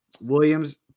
Williams